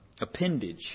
appendage